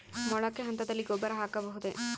ಮೊಳಕೆ ಹಂತದಲ್ಲಿ ಗೊಬ್ಬರ ಹಾಕಬಹುದೇ?